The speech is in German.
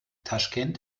taschkent